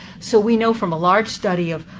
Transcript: so we know from a large study of